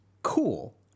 Cool